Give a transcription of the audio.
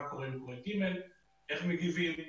שני, מה עם צד שלישי, איך מגיבים?